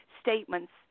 statements